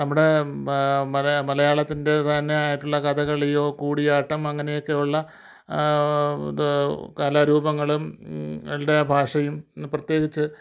നമ്മുടെ മലയാളത്തിന്റേത് തന്നെ ആയിട്ടുള്ള കഥകളിയോ കൂടിയാട്ടം അങ്ങനെ ഒക്കെ ഉള്ള കലാരൂപങ്ങളുടെ ഭാഷയും പ്രത്യേകിച്ച്